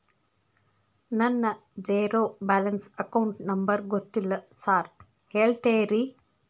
ನನ್ನ zero balance account number ಗೊತ್ತಿಲ್ಲ sir ಹೇಳ್ತೇರಿ?